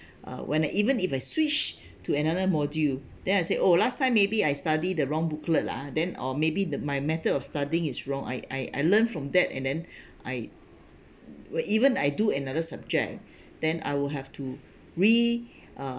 when I even if I switch to another module then I say oh last time maybe I study the wrong booklet lah then oh maybe the my method of studying is wrong I I learned from that and then I wi~ even I do another subject then I will have to read uh